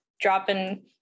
dropping